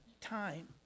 time